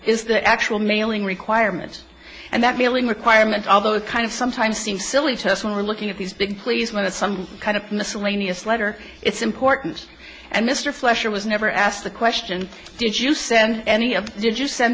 is the actual mailing requirement and that mailing requirement although it kind of sometimes seems silly to us when we're looking at these big policemen to some kind of miscellaneous letter it's important and mr fleischer was never asked the question did you send any of did you send